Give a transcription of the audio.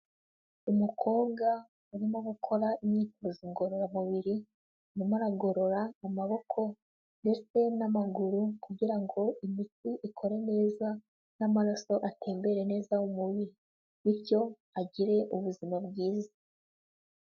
Umukobwa arimo gukora imyitozo ngororamubiri, arimo aragorora amaboko ndetse n'amaguru kugira ngo imitsi ikore neza n'amaraso atembera neza mu mubiri, bityo agire ubuzima bwiza.